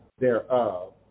thereof